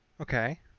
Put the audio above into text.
Okay